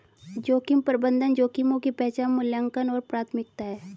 जोखिम प्रबंधन जोखिमों की पहचान मूल्यांकन और प्राथमिकता है